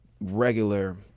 regular